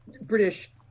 British